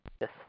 Yes